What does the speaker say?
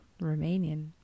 Romanian